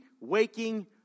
waking